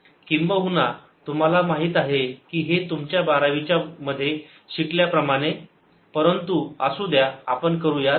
किंबहुना तुम्हाला माहित आहे की हे तुमच्या बारावीच्या मधील शिकल्या प्रमाणे परंतु असू द्या आपण करूयात